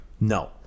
No